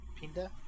pinda